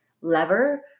lever